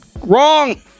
Wrong